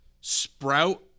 sprout